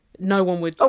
no one would. ah